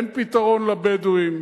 אין פתרון לבדואים,